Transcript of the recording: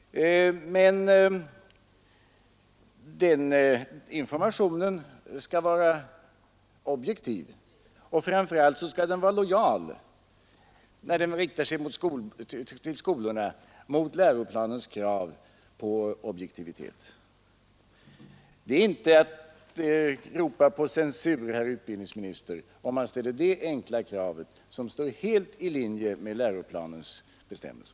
Men den informationen skall vara objektiv, och framför allt skall den, när den riktar sig till skolorna, vara lojal mot läroplanens krav på objektivitet. Man ropar inte på censur, herr utbildningsminister, om man ställer det enkla kravet, som står helt i linje med läroplanens bestämmelser.